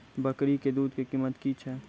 बकरी के दूध के कीमत की छै?